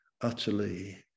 utterly